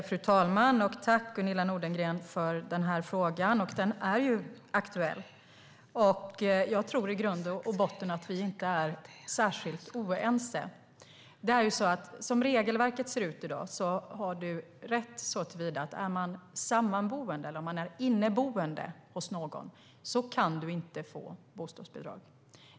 Fru talman! Tack, Gunilla Nordgren, för frågan! Den är aktuell. Jag tror i grund och botten att vi inte är särskilt oense. Som regelverket ser ut i dag har du rätt såtillvida att om man är inneboende hos någon kan man inte få bostadsbidrag.